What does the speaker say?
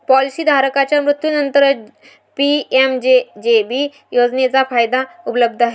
policy धारकाच्या मृत्यूनंतरच PMJJB योजनेचा फायदा उपलब्ध आहे